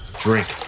Drink